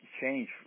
Change